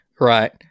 right